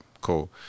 cool